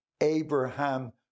Abraham